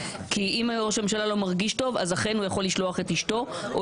כי אם ראש הממשלה לא מרגיש טוב אז אכן הוא יכול לשלוח את אשתו או